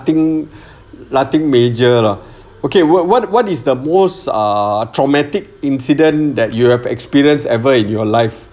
nothing nothing major lah okay what what what is the most uh traumatic incident that you have experience ever in your life